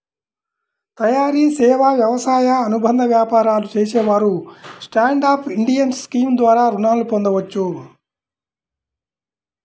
తయారీ, సేవా, వ్యవసాయ అనుబంధ వ్యాపారాలు చేసేవారు స్టాండ్ అప్ ఇండియా స్కీమ్ ద్వారా రుణాలను పొందవచ్చు